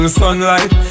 sunlight